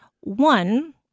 One